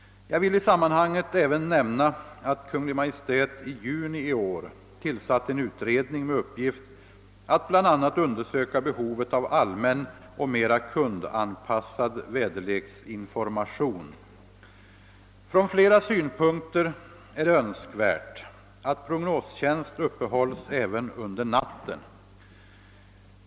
Jag vill i sammanhanget även nämna att Kungl. Maj:t i juni i år tillsatt en utredning med uppgift att bl.a. undersöka behovet av allmän och mera kundanpassad väderleksinformation. Från flera synpunkter är det önskvärt att prognostjänst uppehålls även under natten.